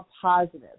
positive